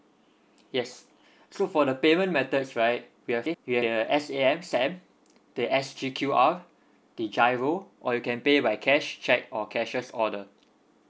yes so for the payment methods right we have we have the S A M SAM the S G Q R the GIRO or you can pay by cash cheque or cashiers order